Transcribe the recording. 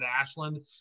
ashland